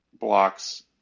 blocks